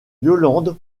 yolande